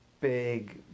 big